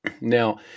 Now